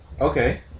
Okay